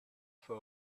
for